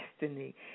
destiny